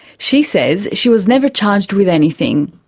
she says she was never charged with anything.